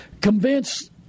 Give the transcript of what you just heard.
Convince